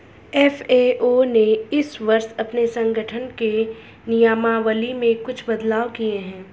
FAO ने इस वर्ष अपने संगठन के नियमावली में कुछ बदलाव किए हैं